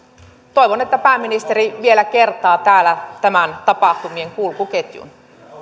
toivon että pääministeri vielä kertaa täällä tämän tapahtumien kulkuketjun arvoisa puhemies